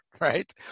right